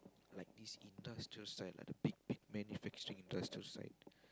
like these industrial site lah the big big manufacturing industrial site